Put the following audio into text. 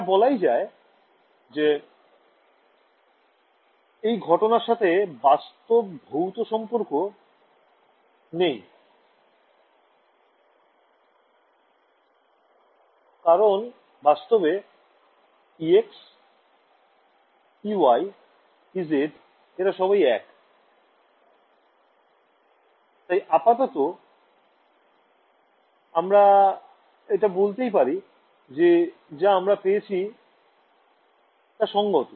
এটা বলাই যায় যে এই ঘটনার সাথে বাস্তব ভৌত সম্পর্ক নেই কারণ বাস্তবে ex ey ez এরা সবই ১ তাই আপাতত আমরা এটা বলতে পারি যে যা আমরা পেয়েছি তা সঙ্গত